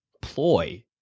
ploy